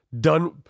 done